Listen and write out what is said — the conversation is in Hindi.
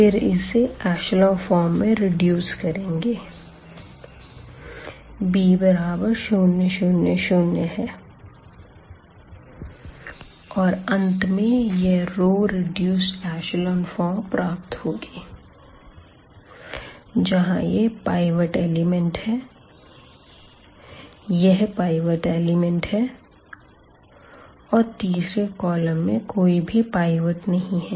फिर इसे ऐशलों फॉर्म में रिड्यूस करेंगे b0 0 0 और अंत में यह रो रेड्युसेड ऐशलों फार्म प्राप्त होगी जहां यह पाईवट एलिमेंट है यह पाईवट एलिमेंट है और तीसरे कॉलम में कोई भी पाईवट नहीं है